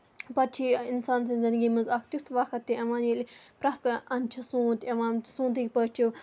پَتہٕ چھِ اِنسان سٕنز زِندگی منٛز اکھ تیُتھ وقت تہِ یِوان ییٚلہِ پرٮ۪تھ کانہہ اَند چھُ سونٛت یِوان سونتٕکۍ پٲٹھۍ چھ